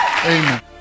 Amen